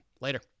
Later